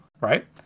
right